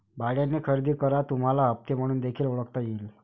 भाड्याने खरेदी करा तुम्हाला हप्ते म्हणून देखील ओळखता येईल